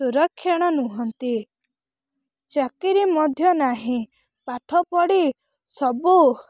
ସୁରକ୍ଷଣ ନୁହଁନ୍ତି ଚାକିରୀ ମଧ୍ୟ ନାହିଁ ପାଠପଢ଼ି ସବୁ